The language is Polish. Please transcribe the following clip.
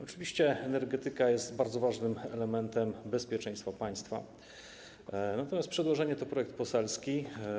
Oczywiście energetyka jest bardzo ważnym elementem bezpieczeństwa państwa, natomiast to przedłożenie to projekt poselski.